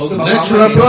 natural